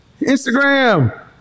Instagram